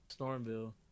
Stormville